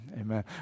Amen